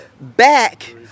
back